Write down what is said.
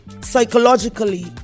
psychologically